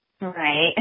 right